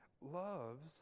loves